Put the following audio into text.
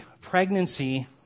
pregnancy